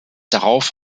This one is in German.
darauf